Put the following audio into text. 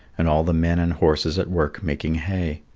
and all the men and horses at work making hay.